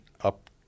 up